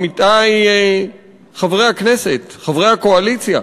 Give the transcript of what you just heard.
עמיתי חברי הכנסת חברי הקואליציה?